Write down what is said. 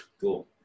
Cool